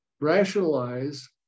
rationalize